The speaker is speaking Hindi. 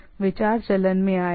इसलिए वे विचार चलन में आए